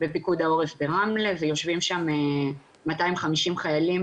בפיקוד העורף ברמלה ויושבים שם 250 חיילים